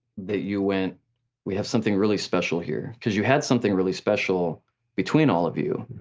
that you went we have something really special here? cause you had something really special between all of you,